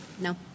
No